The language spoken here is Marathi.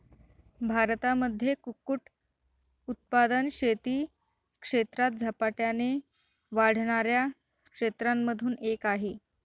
भारतामध्ये कुक्कुट उत्पादन शेती क्षेत्रात झपाट्याने वाढणाऱ्या क्षेत्रांमधून एक आहे